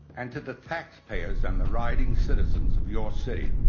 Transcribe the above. and to the taxpayers and the riding citizens of your city,